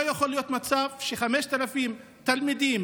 לא יכול להיות מצב ש-5,000 תלמידים